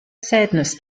sadness